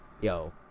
Yo